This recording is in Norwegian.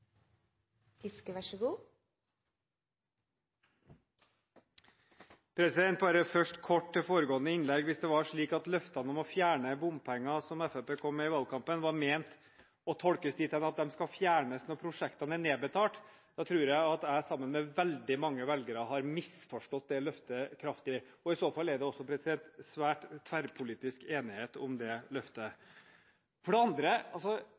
fjerne bompenger, som Fremskrittspartiet kom med i valgkampen, var ment å tolkes dit hen at de skal fjernes når prosjektene er nedbetalt, tror jeg at jeg, sammen med veldig mange velgere, har misforstått det løftet kraftig. I så fall er det også stor tverrpolitisk enighet om det løftet. For det andre: